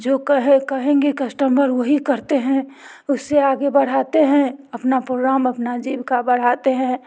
जो कहे कहेंगे कस्टमर वही करते हैं उससे आगे बढ़ाते हैं अपना प्रोग्राम अपना जीवका बढ़ाते हैं